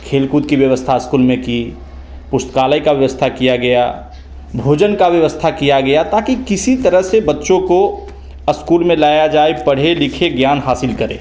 खेल कूद की व्यवस्था स्कूल में की पुस्तकालय का व्यवस्था किया गया भोजन का व्यवस्था किया गया ताकि किसी तरह से बच्चों को अस्कूल में लाया जाए पढ़े लिखे ज्ञान हासिल करे